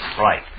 Right